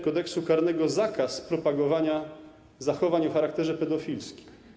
Kodeksu karnego zakaz propagowania zachowań o charakterze pedofilskim.